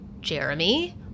Jeremy